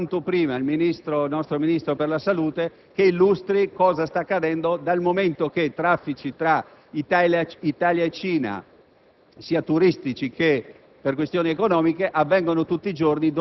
chiede di conoscere l'entità del fenomeno e di avere quanto prima il nostro Ministro della salute al Senato per illustrare cosa sta accadendo, dal momento che i traffici tra Italia e Cina,